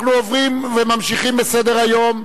אנחנו עוברים וממשיכים בסדר-היום,